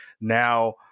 Now